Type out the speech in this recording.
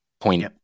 point